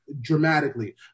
dramatically